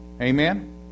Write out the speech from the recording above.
Amen